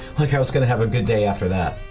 like i was going to have a good day after that.